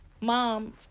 Mom